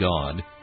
God